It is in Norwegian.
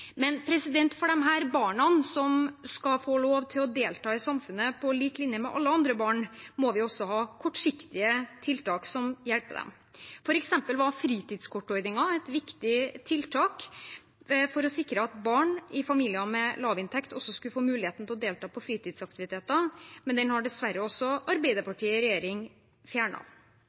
barna, som skal få lov til å delta i samfunnet på lik linje med alle andre barn, må vi også ha kortsiktige tiltak som hjelper dem. For eksempel var fritidskortordningen et viktig tiltak for å sikre at barn i familier med lav inntekt også skulle få muligheten til å delta på fritidsaktiviteter, men den har dessverre også Arbeiderpartiet i regjering